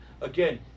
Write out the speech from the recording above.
again